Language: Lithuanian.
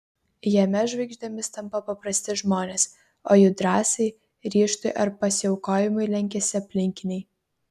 jame žvaigždėmis tampa paprasti žmonės o jų drąsai ryžtui ar pasiaukojimui lenkiasi aplinkiniai